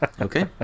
Okay